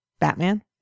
Batman